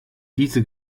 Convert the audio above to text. diese